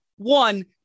One